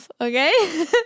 okay